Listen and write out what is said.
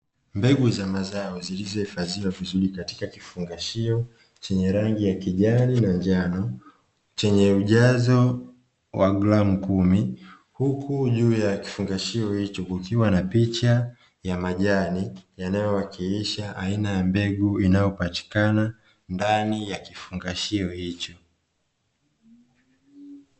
Mbegu za mazao zilizohifadhiwa vizuri katika kifungashio chenye rangi ya kijani na njano, chenye ujazo wa gramu kumi, huku juu ya kifungashio hicho kukiwa na picha ya majani yanayowakilisha aina ya mbegu inayopatikana ndani ya kifungashio hicho.